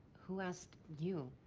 who asked you?